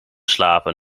slapen